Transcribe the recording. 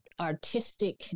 artistic